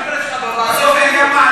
החברים שלך בוועדה לא קיבלו?